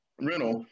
rental